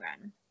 run